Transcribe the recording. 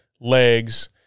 legs